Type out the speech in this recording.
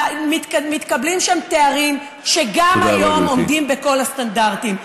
מתקבלים שם תארים שגם היום עומדים בכל הסטנדרטים.